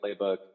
playbook